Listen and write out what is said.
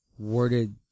Worded